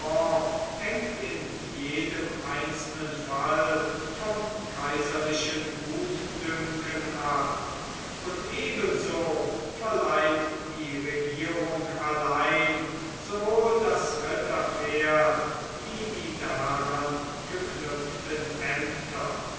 hängt in jedem einzelnen fall vom kaiserlichen gutdünken ab und ebenso verleiht die regierung allein sowohl das ritterpferd wie die daran geknüpften ämter